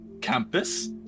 campus